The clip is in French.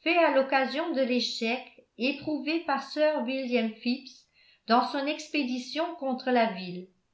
fait à l'occasion de l'échec éprouvé par sir william phipps dans son expédition contre la ville